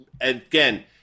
again